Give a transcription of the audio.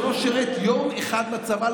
שלא שירת יום אחד בצבא,